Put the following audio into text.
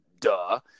duh